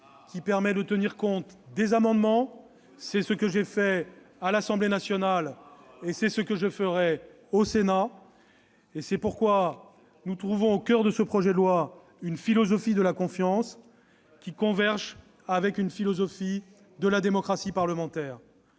!... et en tenant compte des amendements- c'est ce que j'ai fait à l'Assemblée nationale et c'est ce que je ferai au Sénat. Nous sommes sauvés ! C'est pourquoi se trouve au coeur de ce projet de loi une philosophie de la confiance, qui converge avec une philosophie de la démocratie parlementaire.